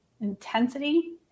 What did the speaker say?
intensity